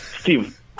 Steve